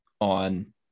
on